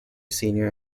senior